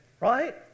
Right